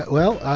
well,